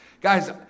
Guys